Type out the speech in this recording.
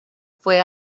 fue